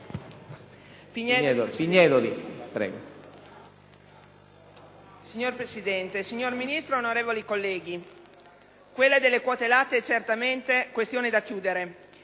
Signor Presidente, signor Ministro, onorevoli colleghi, quella delle quote latte è certamente una questione da chiudere.